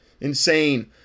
insane